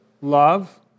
Love